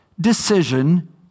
decision